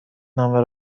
نامه